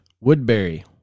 Woodbury